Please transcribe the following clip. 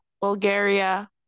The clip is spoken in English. Bulgaria